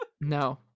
No